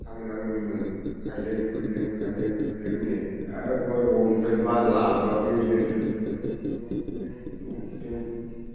थांनाङोमोन खायलें खुइलें खायलें खुइलेंनो आरो बङाइगावनिफ्राय माल लाबोबाबो बिदिनो फेथें फुथुं फेथें फुथुं